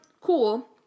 cool